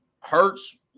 Hertz